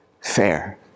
fair